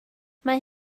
mae